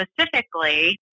Specifically